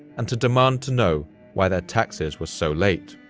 and to demand to know why their taxes were so late.